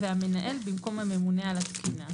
ו"המנהל" במקום "הממונה על התקינה".